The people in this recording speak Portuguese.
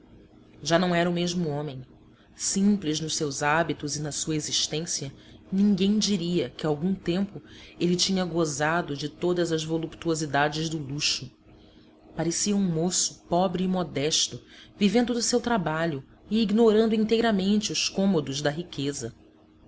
já não era o mesmo homem simples nos seus hábitos e na sua existência ninguém diria que algum tempo ele tinha gozado de todas as voluptuosidades do luxo parecia um moço pobre e modesto vivendo do seu trabalho e ignorando inteiramente os cômodos da riqueza